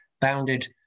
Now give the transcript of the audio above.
bounded